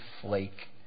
flake